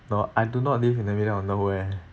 no I do not live in the middle of nowhere